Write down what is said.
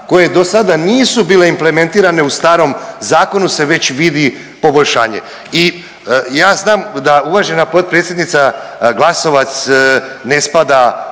koje dosada nisu bile implementirane u starom zakonu se već vidi poboljšanje. I ja znam da uvažena potpredsjednica Glasovac ne spada